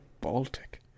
Baltic